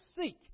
seek